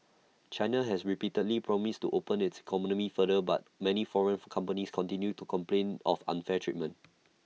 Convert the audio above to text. China has repeatedly promised to open its economy further but many foreign companies continue to complain of unfair treatment